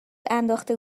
انداخته